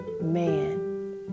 man